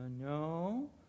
no